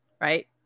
right